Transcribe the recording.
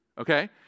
Okay